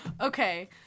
Okay